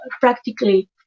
practically